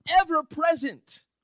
ever-present